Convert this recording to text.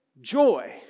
joy